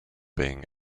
being